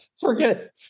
Forget